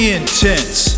intense